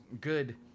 good